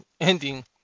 ending